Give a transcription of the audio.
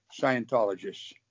Scientologists